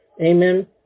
amen